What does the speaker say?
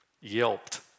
yelped